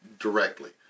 directly